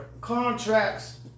contracts